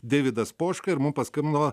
deividas poška ir mums paskambino